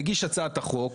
מגיש הצעת החוק,